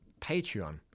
Patreon